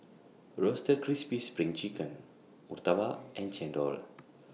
Roasted Crispy SPRING Chicken Murtabak and Chendol